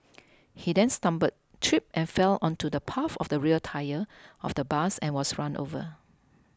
he then stumbled tripped and fell onto the path of the rear tyre of the bus and was run over